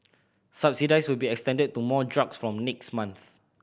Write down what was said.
subsidies will be extended to more drugs from next month